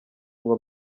ngo